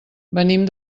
venim